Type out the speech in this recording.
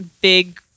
big